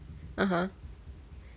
(uh huh)